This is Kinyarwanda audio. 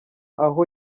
aho